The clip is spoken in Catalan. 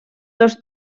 dos